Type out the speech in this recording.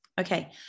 Okay